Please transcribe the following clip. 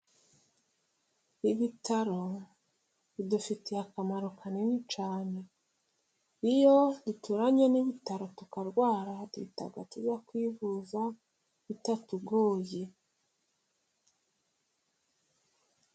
Ibitaro bidufitiye akamaro kanini cyane, iyo duturanye n'ibitaro tukarwara duhita tujya kwivuza bitatugoye.